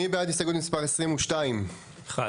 הסתייגות מספר 22. הצבעה בעד,